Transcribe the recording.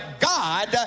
God